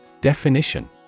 Definition